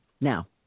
Now